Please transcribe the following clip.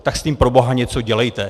Tak s tím proboha něco dělejte!